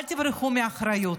אל תברחו מאחריות.